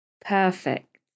Perfect